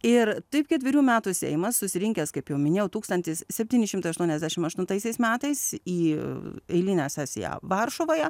ir taip ketverių metų seimas susirinkęs kaip jau minėjau tūkstantis septyni šimtai aštuoniasdešimt aštuntaisiais metais į eilinę sesiją varšuvoje